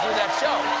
that show.